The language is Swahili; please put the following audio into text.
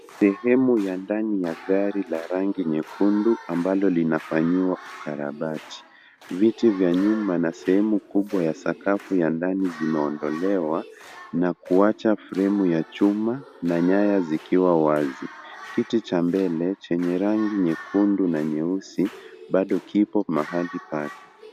Sehemu ya ndani ya gari la rangi nyekundu ambalo linafanyiwa ukarabati. Viti vya nyuma na sehemu kubwa ya sakafu ya ndani zimeondolewa na kuwacha fremu ya chuma na nyaya zikiwa wazi. Kiti cha mbele chenye rangi nyekundu na nyeusi bado kipo mahali pake.